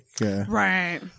Right